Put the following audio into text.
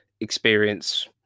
experience